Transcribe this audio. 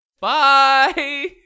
Bye